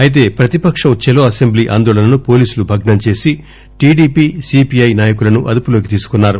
అయితే ప్రతిపక్షం ఛలో అసెంబ్లీ ఆందోళనను పోలీసులు భగ్పం చేసి టిడిపి సిపిఐ నాయకులను అదుపులోకి తీసుకున్నారు